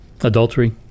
adultery